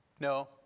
No